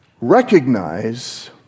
recognize